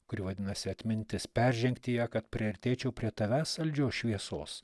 kuri vadinasi atmintis peržengti ją kad priartėčiau prie tavęs saldžios šviesos